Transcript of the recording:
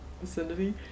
vicinity